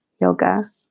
yoga